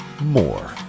more